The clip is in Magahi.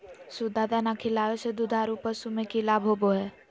सुधा दाना खिलावे से दुधारू पशु में कि लाभ होबो हय?